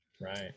Right